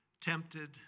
tempted